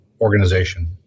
organization